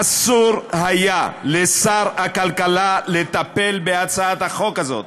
אסור היה לשר הכלכלה לטפל בהצעת החוק הזאת.